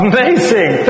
Amazing